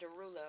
Derulo